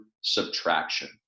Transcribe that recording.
subtraction